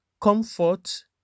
comfort